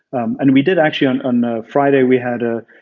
um and we did actually. on and friday we had a